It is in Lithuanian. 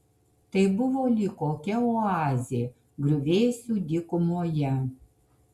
tai buvo lyg kokia oazė griuvėsių dykumoje